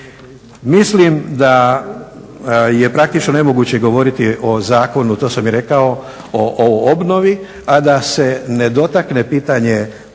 Mislim da je praktično nemoguće govoriti o zakonu to sam i rekao o obnovi, a da se ne dotakne pitanje